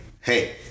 hey